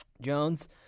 Jones